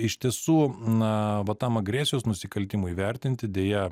iš tiesų na va tam agresijos nusikaltimui vertinti deja